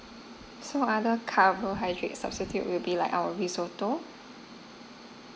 so other carbohydrate substitute will be like our risotto